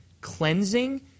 cleansing